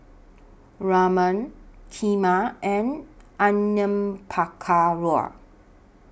Ramen Kheema and Onion Pakora